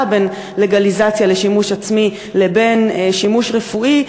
בין לגליזציה לשימוש עצמי לבין שימוש רפואי,